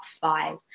five